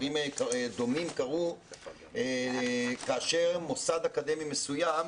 דברים דומים קרו כאשר מוסד אקדמי מסוים,